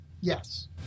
Yes